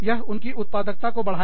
यह उनकी उत्पादकता को बढ़ाएगा